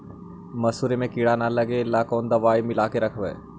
मसुरी मे किड़ा न लगे ल कोन दवाई मिला के रखबई?